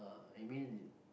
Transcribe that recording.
I mean you